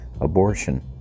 Abortion